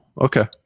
okay